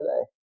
today